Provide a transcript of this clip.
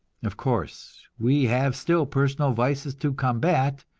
of course, we have still personal vices to combat,